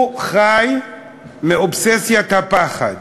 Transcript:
הוא חי מאובססיית הפחד,